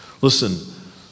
Listen